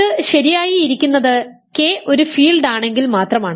ഇത് ശരിയായി ഇരിക്കുന്നത് K ഒരു ഫീൽഡ് ആണെങ്കിൽ മാത്രമാണ്